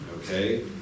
okay